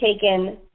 taken